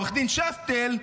עו"ד שפטל,